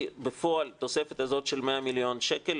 בפועל את התוספת הזאת של 100 מיליון שקל.